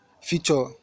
feature